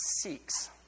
seeks